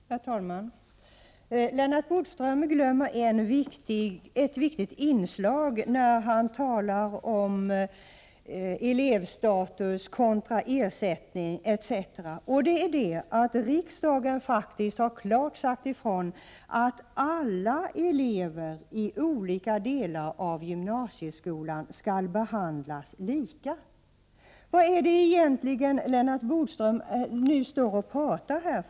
Herr talman! Lennart Bodström glömmer ett viktigt inslag när han talar om elevstatus kontra ersättning etc., och det är att riksdagen faktiskt klart har sagt ifrån att alla elever i olika delar av gymnasieskolan skall behandlas lika. Vad är det egentligen Lennart Bodström nu står och talar för här?